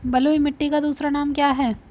बलुई मिट्टी का दूसरा नाम क्या है?